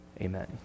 Amen